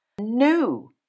New